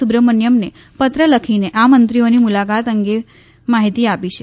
સુબ્રમણ્યમને પત્ર લખીને આ મંત્રીઓની મુલાકાત અંગે માહિતી આપી છે